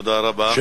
תודה רבה.